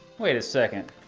wait a second.